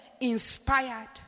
inspired